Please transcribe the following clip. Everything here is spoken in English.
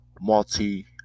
multi